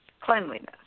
cleanliness